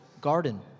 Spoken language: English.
garden